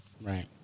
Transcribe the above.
Right